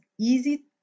easy